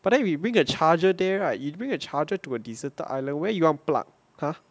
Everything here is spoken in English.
but then we bring a charger there right you during a charger to a deserted island where you wanna plug !huh!